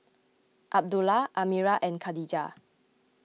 Abdullah Amirah and Khadija